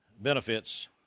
benefits